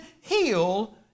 heal